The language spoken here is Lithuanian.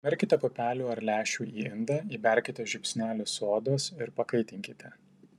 pamerkite pupelių ar lęšių į indą įberkite žiupsnelį sodos ir pakaitinkite